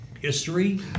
history